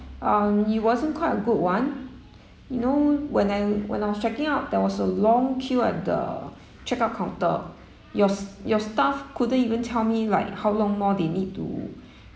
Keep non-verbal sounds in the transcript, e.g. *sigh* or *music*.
um it wasn't quite a good one you know when I when I was checking out there was a long queue at the checkout counter your st~ your staff couldn't even tell me like how long more they need to *breath*